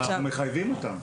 אבל אנחנו מחייבים אותם.